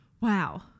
Wow